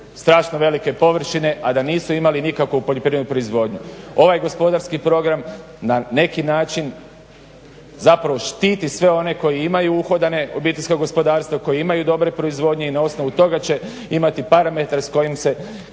strašno velike površine a da nisu imali nikakvu poljoprivrednu proizvodnju. Ovaj gospodarski program na neki način zapravo štiti sve one koji imaju uhodane obiteljska gospodarstva, koji imaju dobre proizvodnje i na osnovu toga će imati parametre s kojim se